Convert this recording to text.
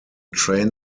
train